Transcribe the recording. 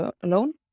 alone